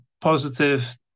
positive